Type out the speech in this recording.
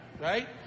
Right